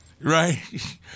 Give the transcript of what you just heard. right